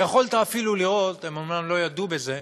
ויכולת אפילו לראות, הם אומנם לא יודו בזה,